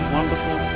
wonderful